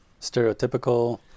Stereotypical